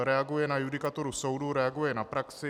Reaguje na judikaturu soudu, reaguje na praxi.